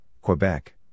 Quebec